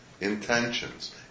intentions